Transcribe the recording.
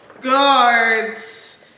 guards